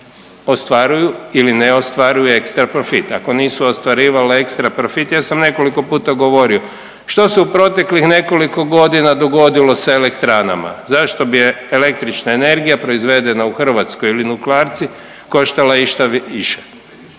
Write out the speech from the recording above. ostvaruju ili ne ostvaruje ekstra profit. Ako nisu ostvarivale ekstra profit, ja sam nekoliko puta govorio, što se u proteklih nekoliko godina dogodilo sa elektranama. Zašto bi električna energija proizvedena u Hrvatskoj ili nuklearci koštala išta više?